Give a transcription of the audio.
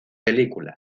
película